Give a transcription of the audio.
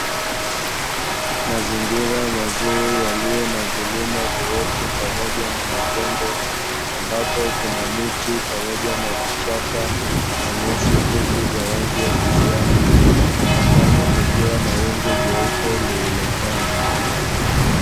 Mazingira mazuri, yaliyo na vilima virefu pamoja na mabonde, ambapo kuna miti pamoja na vichaka, na nyasi fupi za rangi ya kijani. Angani kukiwa na wingu jeupe lililotanda.